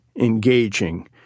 engaging